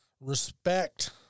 respect